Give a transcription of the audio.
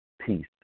peace